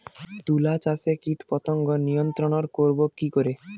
তুলা চাষে কীটপতঙ্গ নিয়ন্ত্রণর করব কি করে?